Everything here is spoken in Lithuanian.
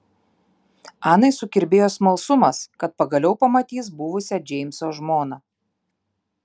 anai sukirbėjo smalsumas kad pagaliau pamatys buvusią džeimso žmoną